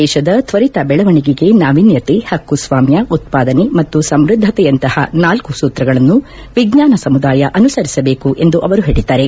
ದೇಶದ ತ್ವರಿತ ಬೆಳವಣಿಗೆಗೆ ನಾವಿನ್ನತೆ ಹಕ್ಕು ಸ್ವಾಮ್ಯ ಉತ್ಪಾದನೆ ಮತ್ತು ಸಮೃದ್ದತೆಯಂತಹ ನಾಲ್ಲ ಸೂತ್ರಗಳನ್ನು ವಿಜ್ವಾನ ಸಮುದಾಯ ಅನುಸರಿಸಬೇಕು ಎಂದು ಅವರು ಹೇಳಿದ್ದಾರೆ